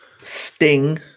Sting